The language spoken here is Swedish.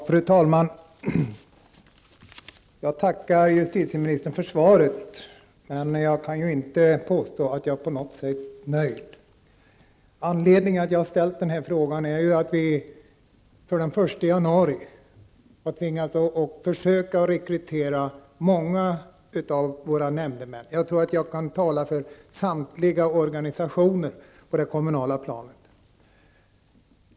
Fru talman! Jag tackar justitieministern för svaret. Men jag kan inte påstå att jag på något sätt är nöjd. Anledningen till att jag har ställt frågan är att vi sedan den 1 januari har tvingats försöka rekrytera många nämndemän. Jag tror att jag kan tala för samtliga organisationer på det kommunala planet.